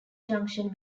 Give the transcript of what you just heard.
junction